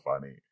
funny